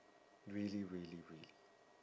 really really really